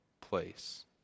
place